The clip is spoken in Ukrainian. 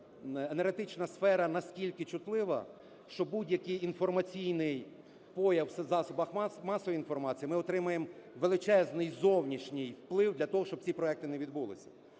енергетична сфера настільки чутлива, що будь-який інформаційний появ в засобах масової інформації, ми отримаємо величезний зовнішній вплив для того, щоб ці проекти не відбулися.